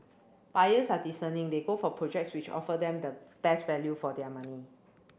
buyers are discerning they go for projects which offer them the best value for their money